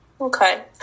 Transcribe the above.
okay